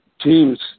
teams